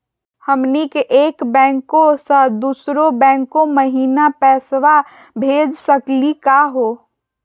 हमनी के एक बैंको स दुसरो बैंको महिना पैसवा भेज सकली का हो?